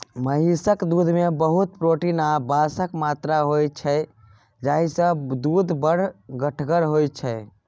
महिषक दुधमे बहुत प्रोटीन आ बसाक मात्रा होइ छै जाहिसँ दुध बड़ गढ़गर होइ छै